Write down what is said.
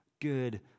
good